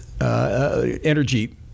energy